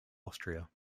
austria